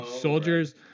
soldiers